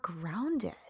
grounded